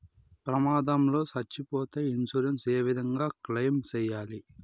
ప్రమాదం లో సచ్చిపోతే ఇన్సూరెన్సు ఏ విధంగా క్లెయిమ్ సేయాలి?